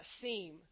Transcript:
seem